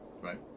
right